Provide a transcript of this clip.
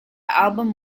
album